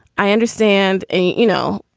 i understand a you know,